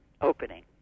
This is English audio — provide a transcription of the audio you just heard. opening